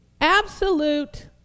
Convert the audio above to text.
absolute